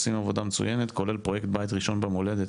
עושים עבודה מצוינת כולל פרויקט "בית ראשון במולדת"